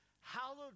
hallowed